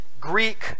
Greek